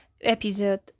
episode